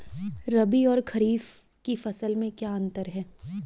रबी और खरीफ की फसल में क्या अंतर है?